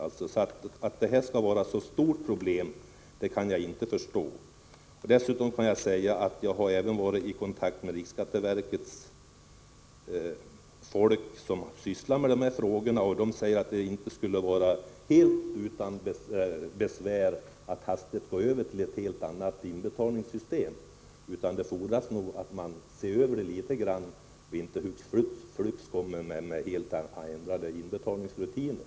Jag kan inte förstå att detta skall vara ett stort problem. Dessutom kan jag tala om att jag även har varit i kontakt med anställda vid riksskatteverket som sysslar med dessa frågor. De säger att det inte skulle vara helt utan besvär att hastigt gå över till ett helt annat inbetalningssystem. Det fordras nog att man ser över systemet litet grand och inte hux flux inför ändrade inbetalningsrutiner.